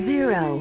Zero